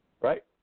right